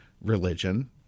religion